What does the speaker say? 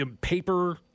paper